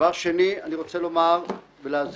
דבר שני, אני רוצה לומר ולהזכיר,